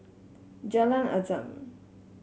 Jalan Azam